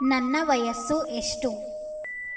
ನನ್ನ ವಯಸ್ಸು ಎಷ್ಟು